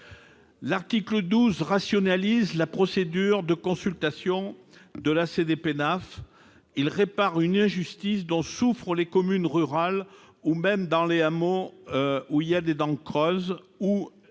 L'article 12 rationalise la procédure de consultation de la CDPENAF et répare une injustice dont souffrent les communes rurales et les hameaux où il y a des dents creuses.